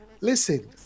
listen